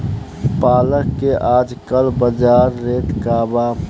पालक के आजकल बजार रेट का बा?